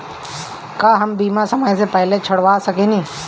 का हम बीमा समय से पहले छोड़वा सकेनी?